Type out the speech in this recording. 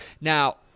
now